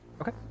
Okay